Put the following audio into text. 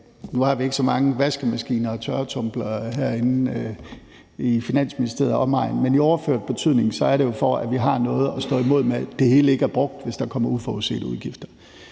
Nu har vi ikke så mange vaskemaskiner og tørretumblere herinde i Finansministeriet og omegn, men i overført betydning er det jo, for at vi har noget at stå imod med, så det hele ikke er brugt, hvis der kommer uforudsete udgifter.